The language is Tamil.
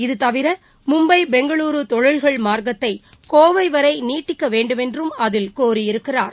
இதுதவிர மும்பை பெங்களுரு தொழில்கள் மார்க்கத்தை கோவை வரை நீட்டிக்க வேண்டும் என்றும் அதில் கோரியிருக்கிறார்